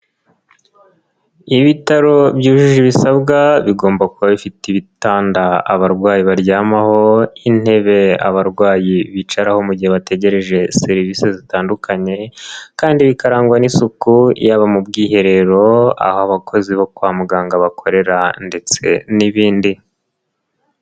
Ibitaro byujuje ibisabwa bigomba kuba bifite ibitanda abarwayi baryamaho, intebe abarwayi bicaraho mu gihe bategereje serivisi zitandukanye kandi bikarangwa n'isuku, yaba mu bwiherero aho abakozi bo kwa muganga bakorera ndetse n'ibindi.